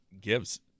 gives